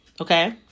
Okay